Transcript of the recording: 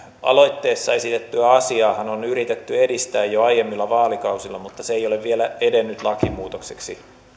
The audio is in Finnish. aloitteessa esitettyä asiaahan on yritetty edistää jo aiemmilla vaalikausilla mutta se ei ole vielä edennyt lakimuutokseksi